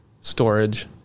storage